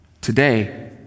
Today